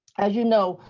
as you know,